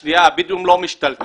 שנייה, הבדואים לא משתלטים.